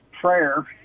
prayer